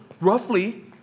roughly